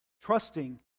Trusting